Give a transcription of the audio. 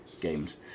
games